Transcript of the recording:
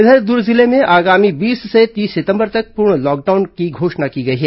इधर दुर्ग जिले में आगामी बीस से तीस सितंबर तक पूर्ण लॉकडाउन की घोषणा की गई है